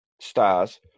stars